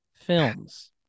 films